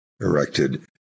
erected